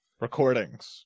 recordings